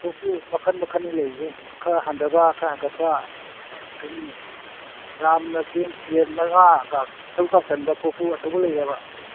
ꯀꯣꯔꯐꯨ ꯃꯈꯜ ꯃꯈꯜꯅꯤ ꯂꯩꯔꯤꯁꯦ ꯈꯔ ꯍꯟꯊꯕ ꯈꯔ ꯍꯟꯀꯠꯄ ꯁꯨꯝ ꯌꯥꯝꯅ ꯆꯦꯡ ꯁꯦꯔ ꯃꯉꯥꯒ ꯇꯔꯨꯛꯀ ꯆꯟꯕ ꯀꯣꯔꯐꯨ ꯑꯆꯧꯕ ꯂꯩꯌꯦꯕ